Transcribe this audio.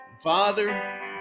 Father